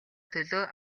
төлөө